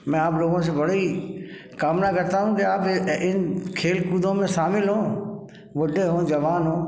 मैं आप लोगों से बड़ी कामना करता हूँ कि आप भी इन खेल कूदों में शामिल हों बुड्ढे हों जवान हों